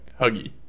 huggy